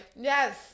yes